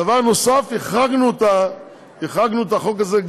דבר נוסף, החרגנו מהחוק הזה,